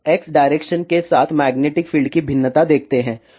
अब x direction के साथ मैग्नेटिक फील्ड की भिन्नता देखते हैं